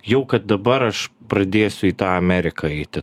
jau kad dabar aš pradėsiu į tą ameriką eiti